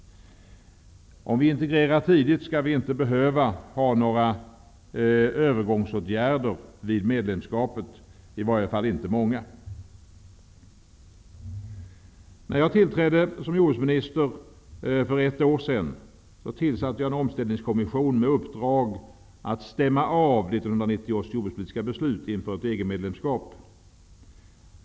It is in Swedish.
Om vi integrerar tidigt skall vi inte behöva ha några övergångsåtgärder vid medlemskapet, i varje fall inte många. När jag tillträdde som jordbruksminister för ett år sedan tillsatte jag en omställningskommission med uppdrag att stämma av 1990 års jordbrukspolitiska beslut inför ett EG-medlemskap.